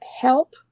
help